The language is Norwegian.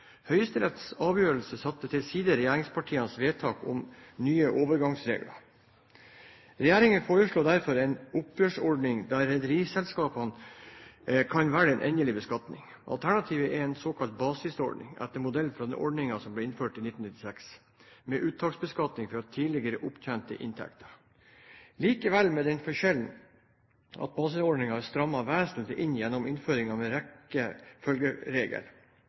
Høyesteretts avgjørelse satte til side regjeringspartienes vedtak om nye overgangsregler. Regjeringen foreslår derfor en oppgjørsordning der rederiselskapene kan velge en endelig beskatning. Alternativet er en såkalt basisordning etter modell av den ordningen som ble innført i 1996, med uttaksbeskatning for tidligere opptjente inntekter, likevel med den foreskjell at basisordningen er strammet vesentlig inn gjennom innføring av en